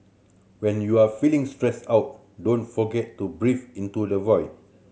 when you are feeling stressed out don't forget to breathe into the void